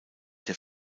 der